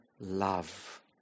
love